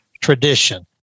tradition